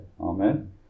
Amen